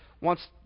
wants